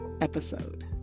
episode